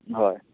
हय